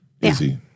easy